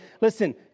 Listen